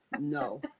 no